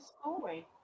story